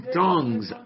tongues